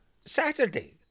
Saturday